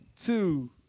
two